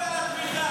כל הכבוד על התמיכה.